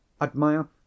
Admire